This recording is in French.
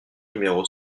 numéro